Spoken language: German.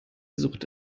sucht